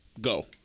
Go